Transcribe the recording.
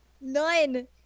None